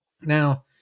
Now